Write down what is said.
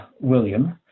William